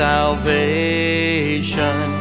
salvation